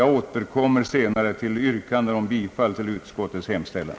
Jag återkommer senare till yrkande om bifall till utskottets hemställan.